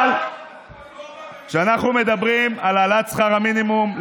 אבל כשאנחנו מדברים על העלאת שכר המינימום,